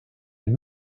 den